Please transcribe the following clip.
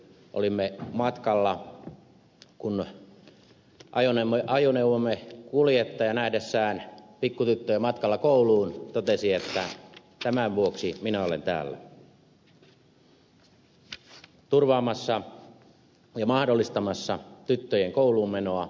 olimme matkalla kun ajoneuvomme kuljettaja nähdessään pikkutyttöjä matkalla kouluun totesi että tämän vuoksi minä olen täällä turvaamassa ja mahdollistamassa tyttöjen kouluunmenoa